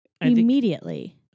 immediately